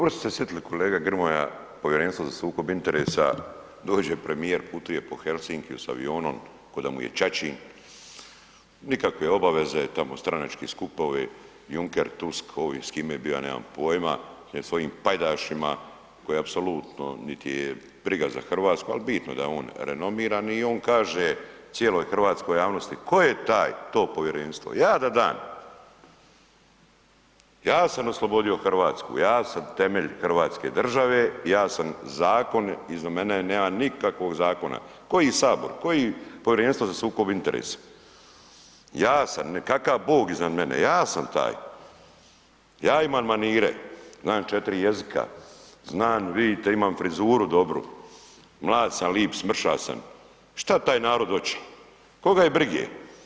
Pa dobro ste se sitili kolega Grmoja, Povjerenstvo za sukob interesa, dođe premijer, putuje po Helsinkiju s avionom ko da mu je ćaćin, nikakve obaveze, tamo stranački skupovi, Juncker, Tusk, ovi s kim je bio ja nemam pojima, sa svojim pajdašima koji apsolutno niti ih je briga za Hrvatsku, al bitno je da je on renomirani i on kaže cijeloj hrvatskoj javnosti, tko je taj to povjerenstvo, ja da dam, ja sam oslobodio Hrvatsku, ja sam temelj hrvatske države, ja sam zakon, iznad mene nema nikakvog zakona, koji sabor, koji Povjerenstvo za sukob interesa, ja sam, kakav Bog iznad mene, ja sam taj, ja imam manire, znam 4 jezika, znam vidite imam frizuru dobru, mlad sam, lip, smrša sam, šta taj narod oće, koga je brige?